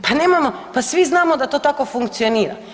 Pa nemojmo, pa svi znamo da to tako funkcionira.